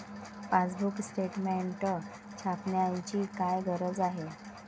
Passbook statement छापण्याची काय गरज आहे?